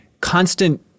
constant